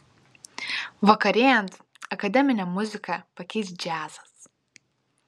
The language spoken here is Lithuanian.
vakarėjant akademinę muziką pakeis džiazas